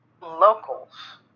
locals